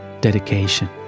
dedication